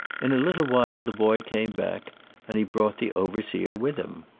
in a little while the boy came back and he brought the overseer with him.